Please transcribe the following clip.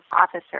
officer